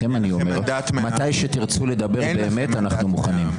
לכם אני אומר שמתי שתרצו לדבר באמת, אנחנו מוכנים.